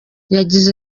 yagize